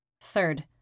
Third